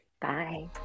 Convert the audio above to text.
bye